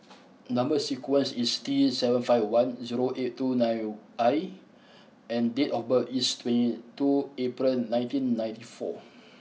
number sequence is T seven five one zero eight two nine I and date of birth is twenty two April nineteen ninety four